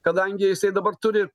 kadangi jisai dabar turi